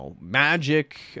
magic